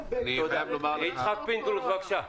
יצחק פינדרוס, בבקשה.